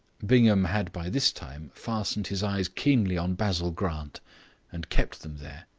bingham had by this time fastened his eyes keenly on basil grant and kept them there.